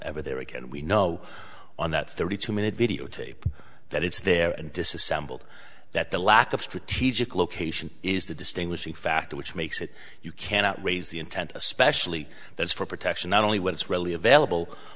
ever there again we know on that thirty two minute videotape that it's there and disassembled that the lack of strategic location is the distinguishing factor which makes it you cannot raise the intent especially that's for protection not only when it's readily available